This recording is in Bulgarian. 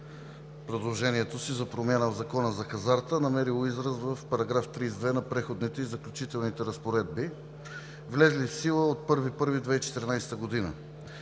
предложението си за промяна в Закона за хазарта, намерило израз в § 32 на Преходните и заключителните разпоредби, влезли в сила от 1 януари 2014 г., а